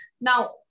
Now